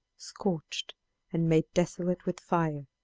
scorched and made desolate with fire,